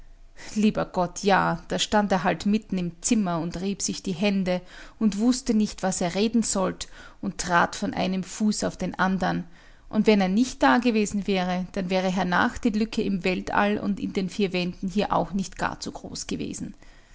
lieber gott ja da stand er halt mitten im zimmer und rieb sich die hände und wußte nicht was er reden sollt und trat von einem fuß auf den andern und wenn er nicht dagewesen wäre dann wäre hernach die lücke im weltall und in den vier wänden hier auch nicht gar zu groß gewesen